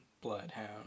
bloodhound